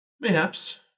Mayhaps